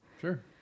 Sure